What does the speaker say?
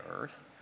earth